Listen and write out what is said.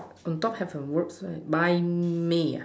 on top have a word flag mind me ah